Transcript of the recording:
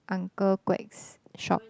Uncle Quek's shop